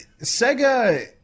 Sega